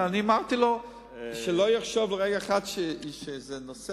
אמרתי לו שלא יחשוב רגע אחד שזה נושא